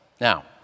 Now